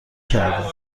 کرده